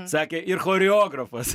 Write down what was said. sakė ir choreografas